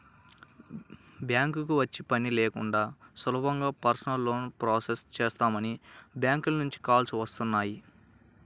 బ్యాంకుకి వచ్చే పని లేకుండా సులభంగా పర్సనల్ లోన్ ప్రాసెస్ చేస్తామని బ్యాంకుల నుంచి కాల్స్ వస్తున్నాయి